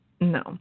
No